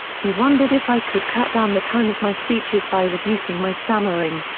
he wondered if i could cut down the time of my speeches by reducing my stammering.